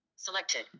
Selected